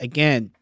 Again